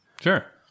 Sure